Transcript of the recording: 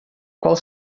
qual